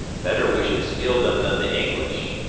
better we should steal them than the english,